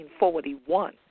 1941